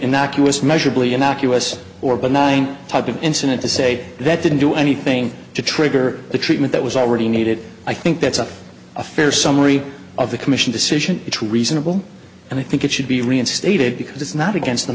was measurably innocuous or but nine type of incident to say that didn't do anything to trigger the treatment that was already needed i think that's a fair summary of the commission decision to reasonable and i think it should be reinstated because it's not against the